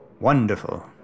Wonderful